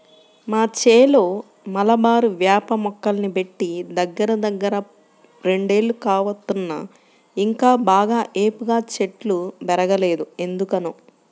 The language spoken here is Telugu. మా చేలో మలబారు వేప మొక్కల్ని బెట్టి దగ్గరదగ్గర రెండేళ్లు కావత్తన్నా ఇంకా బాగా ఏపుగా చెట్లు బెరగలేదు ఎందుకనో